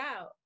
out